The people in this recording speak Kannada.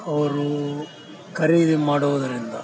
ಅವರು ಖರೀದಿ ಮಾಡುವುದರಿಂದ